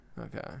Okay